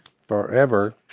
forever